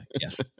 Yes